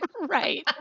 right